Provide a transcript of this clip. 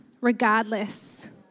regardless